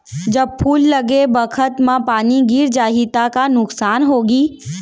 जब फूल लगे बखत म पानी गिर जाही त का नुकसान होगी?